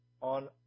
on